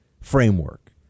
framework